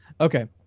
okay